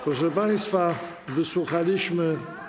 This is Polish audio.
Proszę państwa, wysłuchaliśmy.